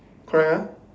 correct ah